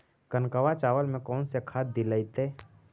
कनकवा चावल में कौन से खाद दिलाइतै?